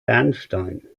bernstein